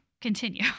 continue